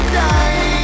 die